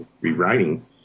rewriting